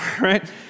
right